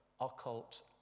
occult